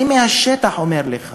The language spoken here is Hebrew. אני אומר לך